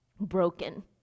Broken